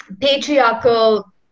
patriarchal